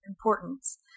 importance